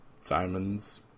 Simons